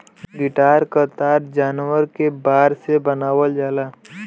guitar क तार जानवर क बार से बनावल जाला